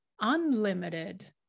unlimited